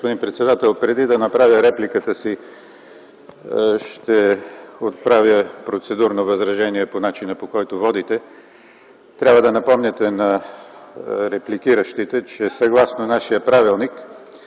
Ви, господин председател.